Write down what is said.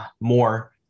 more